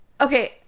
okay